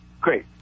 Great